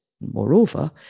Moreover